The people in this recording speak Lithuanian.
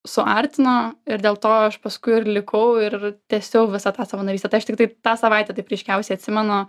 suartino ir dėl to aš paskui ir likau ir tęsiau visą tą savanorystę tai aš tiktai tą savaitę taip ryškiausiai atsimenu